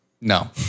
No